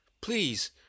Please